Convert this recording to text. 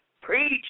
Preach